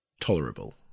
tolerable